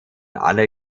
alle